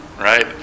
Right